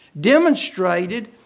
demonstrated